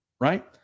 right